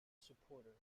supporter